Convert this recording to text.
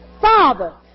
father